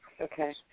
Okay